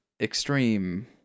extreme